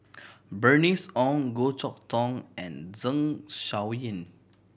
Bernice Ong Goh Chok Tong and Zeng Shouyin